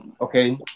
Okay